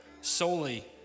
solely